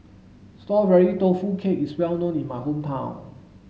strawberry tofu cheesecake is well known in my hometown